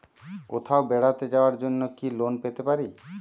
কোথাও বেড়াতে যাওয়ার জন্য কি লোন পেতে পারি?